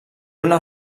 una